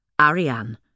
Ariane